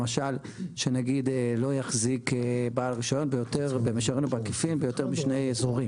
למשל שנגיד לא יחזיק בעל רישיון במישרין או בעקיפין ביותר משני אזורים